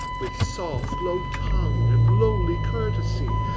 with soft low tongue and lowly courtesy,